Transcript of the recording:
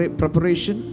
preparation